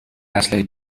اسلحه